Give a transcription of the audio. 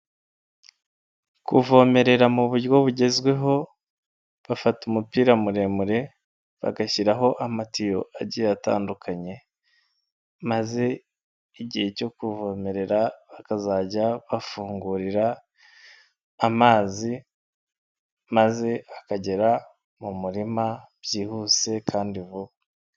Kuvomerera mu buryo bugezweho, bafata umupira muremure, bagashyiraho amatiyo agiye atandukanye, maze igihe cyo kuvomerera bakazajya bafungurira amazi maze akagera mu murima byihuse kandi vuba.